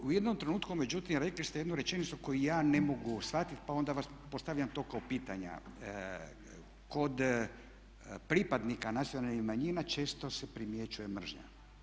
U jednom trenutku međutim rekli ste jednu rečenicu koju ja ne mogu shvatit pa onda vam postavljam to kao pitanje, kod pripadnika nacionalnih manjina često se primjećuje mržnja.